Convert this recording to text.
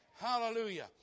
Hallelujah